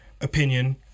opinion